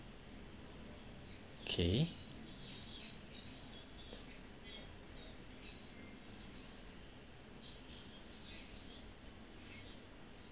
okay